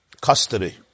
custody